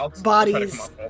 bodies